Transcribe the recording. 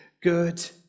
good